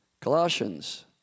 Colossians